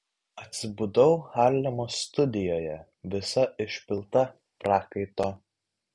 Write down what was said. atsibudau harlemo studijoje visa išpilta prakaito